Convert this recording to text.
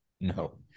No